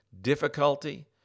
difficulty